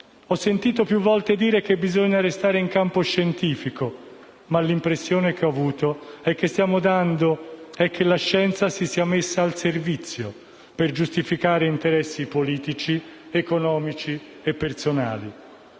Ho sentito più volte dire che bisogna restare in campo scientifico, ma l'impressione che ho avuto e che stiamo dando è che la scienza si sia messa al servizio, per giustificare interessi politici, economici e personali.